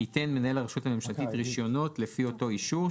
ייתן מנהל הרשות הממשלתית רישיונות לפי אותו אישור,